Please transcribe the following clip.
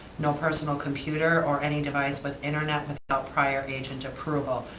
no personal computer, or any device with internet without prior agent approval.